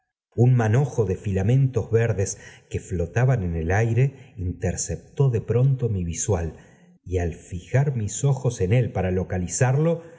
un manojo de filamentos verdes que flotaban en el aire totcps de p onto mi visual y al fijar mis ojos en él para